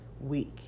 week